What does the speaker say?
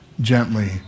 gently